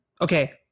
Okay